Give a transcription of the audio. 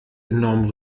enormen